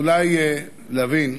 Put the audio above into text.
אולי להבין,